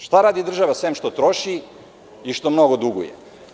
Šta radi država sem što troši i što mnogo duguje?